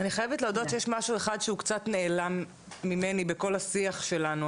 אני חייבת להודות שיש משהו אחד שהוא קצת נעלם ממני בכל השיח שלנו,